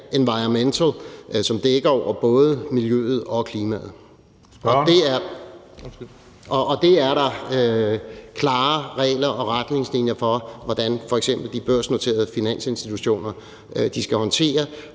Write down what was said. »environmental«, som dækker over både miljøet og klimaet. Og der er klare regler og retningslinjer for, hvordan f.eks. de børsnoterede finansinstitutioner skal håndtere